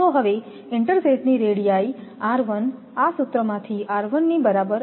તો હવે ઇન્ટરસેથની રેડીઆઈઆ સૂત્રમાંથી ની બરાબર છે